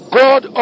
god